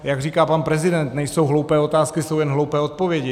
Jak říká pan prezident, nejsou hloupé otázky, jsou jen hloupé odpovědi.